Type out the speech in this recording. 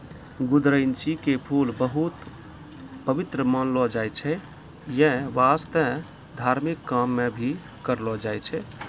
गुदरैंची के फूल बहुत पवित्र मानलो जाय छै यै वास्तं धार्मिक काम मॅ भी करलो जाय छै